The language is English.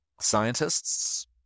Scientists